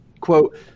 quote